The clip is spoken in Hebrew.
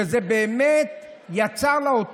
וזה באמת יצר לה,